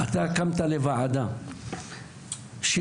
חבר הכנסת לשעבר,